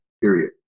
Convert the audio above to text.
period